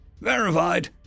Verified